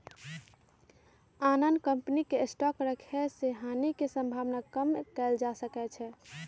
आन आन कम्पनी के स्टॉक रखे से हानि के सम्भावना कम कएल जा सकै छइ